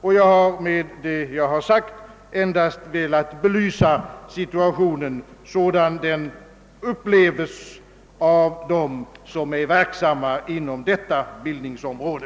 Med vad jag sagt har jag endast velat belysa situationen sådan den upplevs av dem som är verksamma inom detta bildningsområde.